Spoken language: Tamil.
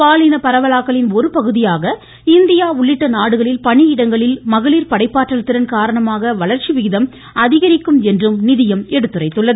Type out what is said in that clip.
பாலின பரவலாக்கலின் ஒருபகுதியாக இந்தியா உள்ளிட்ட நாடுகளில் பணியிடங்களில் மகளிர் படைப்பாற்றல் திறன் காரணமாக வளர்ச்சி விகிதம் அதிகரிக்கும் என்றும் நிதியம் எடுத்துரைத்துள்ளது